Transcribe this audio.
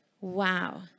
Wow